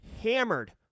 hammered